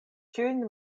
ĉiujn